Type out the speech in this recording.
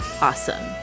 awesome